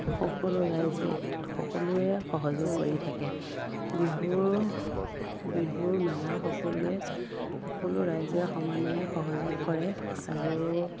সকলো ৰাইজে সকলোৱে সহযোগ কৰি থাকে বিহুৰ বিহুৰ মেলা সকলোৱে সকলো ৰাইজে সমানে সহযোগ কৰে আৰু